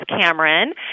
Cameron